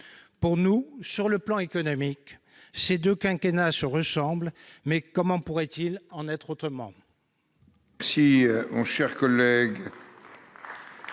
Pour nous, sur le plan économique, ces deux quinquennats se ressemblent, mais comment pourrait-il en être autrement ?